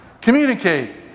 Communicate